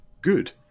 good